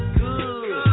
good